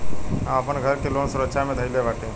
हम आपन घर लोन के सुरक्षा मे धईले बाटी